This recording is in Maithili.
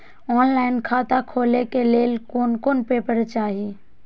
ऑनलाइन खाता खोले के लेल कोन कोन पेपर चाही?